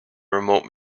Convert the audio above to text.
remote